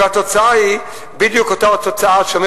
והתוצאה היא בדיוק אותה התוצאה שאומר